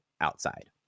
outside